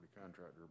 contractor